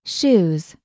Shoes